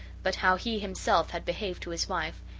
but how he himself had behaved to his wife,